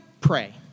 Pray